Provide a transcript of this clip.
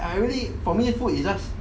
I really for me food is just